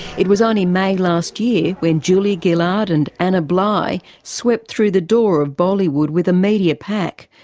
it was only may last year when julia gillard and anna bligh swept through the door of boalywood with a media pack.